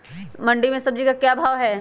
मंडी में सब्जी का क्या भाव हैँ?